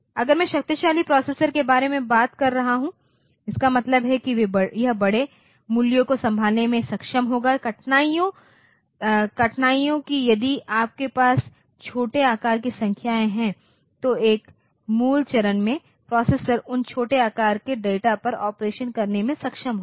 अगर मैं शक्तिशाली प्रोसेसर के बारे में बात कर रहा हूं इसका मतलब है यह बड़े मूल्यों को संभालने में सक्षम होगा कठिनाइयों कि यदि आपके पास छोटे आकार की संख्याएं हैं तो एक मूल चरण में प्रोसेसर उन छोटे आकार के डेटा पर ऑपरेशन करने में सक्षम होगा